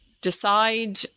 decide